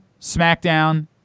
SmackDown